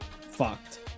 fucked